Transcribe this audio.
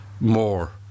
more